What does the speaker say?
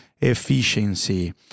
efficiency